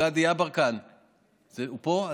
גדי יברקן, הוא פה?